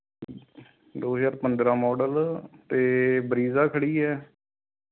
ਦੋ ਹਜ਼ਾਰ ਪੰਦਰਾਂ ਮੌਡਲ ਅਤੇ ਬਰੀਜ਼ਾ ਖੜੀ ਹੈ